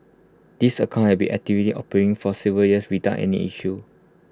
these accounts had been actively operating for several years without any issues